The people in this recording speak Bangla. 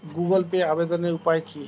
গুগোল পেতে আবেদনের উপায় কি?